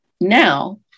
Now